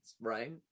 right